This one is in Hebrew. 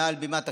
מעל בימת הכנסת,